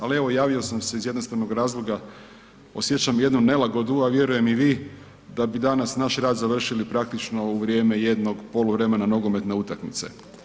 Ali evo javio sam se iz jednostavnog razloga, osjećam jednu nelagodu, a vjerujem i vi da bi danas naš rad završili praktično u vrijeme jednog poluvremena nogometne utakmice.